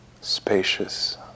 spacious